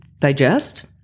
digest